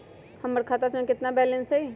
हमर खाता में केतना बैलेंस हई?